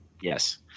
Yes